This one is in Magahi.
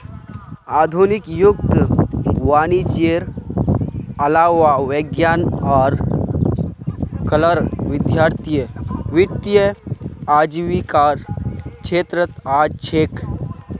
आधुनिक युगत वाणिजयेर अलावा विज्ञान आर कलार विद्यार्थीय वित्तीय आजीविकार छेत्रत जा छेक